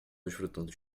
desfrutando